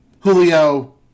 Julio